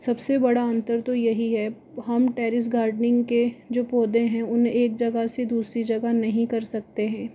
सबसे बड़ा अंतर तो यही है हम टेरिस गार्डनिंग के जो पौधे हैं उन्हें एक जगह से दूसरी जगह नहीं कर सकते हैं